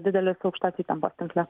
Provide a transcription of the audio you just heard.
didelis aukštos įtampos tinkle